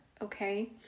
okay